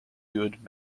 good